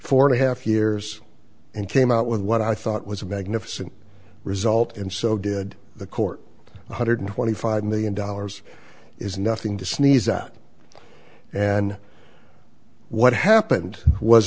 four and a half years and came out with what i thought was a magnificent result and so did the court one hundred twenty five million dollars is nothing to sneeze at and what happened was